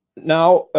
now,